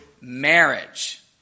marriage